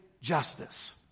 justice